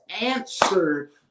answered